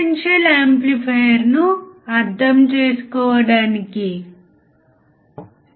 voltage ఫాలోయర్ని అర్థం చేసుకోవడం మన లక్ష్యం